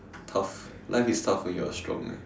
tough life is tough when you are strong eh